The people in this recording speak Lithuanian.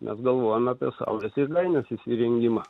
mes galvojome apie saulės jėgainės įsirengimą